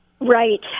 right